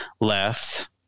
left